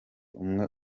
umwe